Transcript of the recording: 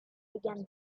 began